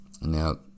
Now